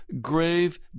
grave